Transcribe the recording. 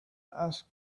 asked